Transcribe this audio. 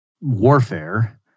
warfare